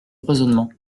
raisonnement